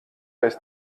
aiz